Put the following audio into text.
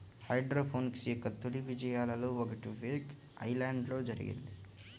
hydroponics యొక్క తొలి విజయాలలో ఒకటి వేక్ ఐలాండ్లో జరిగింది